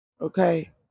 okay